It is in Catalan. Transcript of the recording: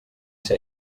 ser